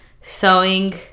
sewing